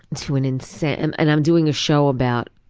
to an insane. and i'm doing a show about